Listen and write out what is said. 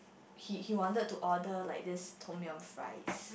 he he wanted to order like this Tom Yam fries